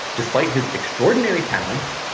despite his extraordinary talents,